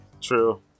True